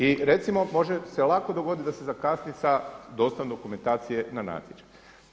I recimo može se lako dogoditi da se zakasni sa dostavom dokumentacije na natječaj.